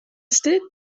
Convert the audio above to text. still